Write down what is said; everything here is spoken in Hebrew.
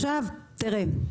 תראה,